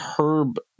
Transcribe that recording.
Herb